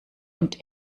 und